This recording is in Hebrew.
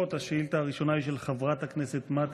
השאילתה הראשונה היא של חברת הכנסת מתי